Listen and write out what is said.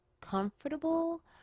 comfortable